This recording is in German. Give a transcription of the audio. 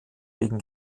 wegen